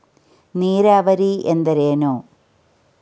ನೀರಾವರಿ ಎಂದರೇನು?